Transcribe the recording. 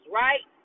right